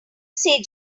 say